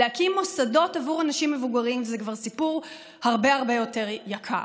להקים מוסדות בעבור אנשים מבוגרים זה כבר סיפור הרבה הרבה יותר יקר.